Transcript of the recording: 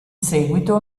seguito